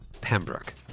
Pembroke